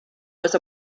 was